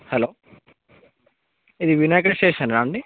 hello ఇది వినాయక స్టేషనరా అండి